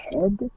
head